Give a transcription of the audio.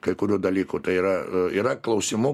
kai kurių dalykų tai yra yra klausimų